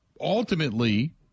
ultimately